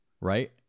Right